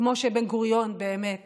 כמו שבן-גוריון באמת